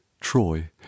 troy